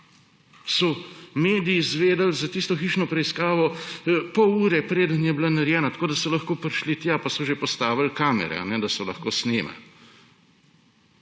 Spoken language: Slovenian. mediji so izvedeli za tisto hišno preiskavo pol ure, preden je bila narejena, tako da so lahko prišli tja in so že postavili kamere, da so lahko snemali.